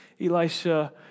Elisha